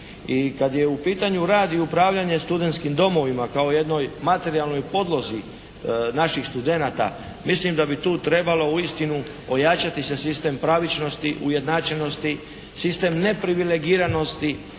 kad je u pitanju rad i upravljanje studentskim domovima kao o jednoj materijalnoj podlozi naših studenata mislim da bi tu trebalo uistinu ojačati se sistem pravičnosti, ujednačenosti, sistem neprivilegiranosti